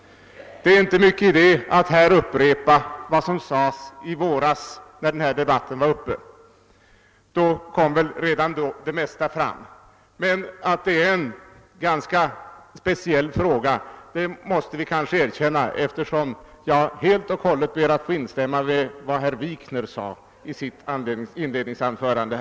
Det är inte stor idé att här upprepa vad som sades i våras när denna fråga var uppe till debatt. Redan då kom väl det mesta fram. Men att detta är en ganska speciell fråga måste vi nog erkänna. Det visas bl.a. därav att jag helt och hållet kan instämma i vad herr Wikner sade i sitt inledningsanförande.